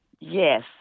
Yes